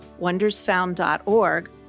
wondersfound.org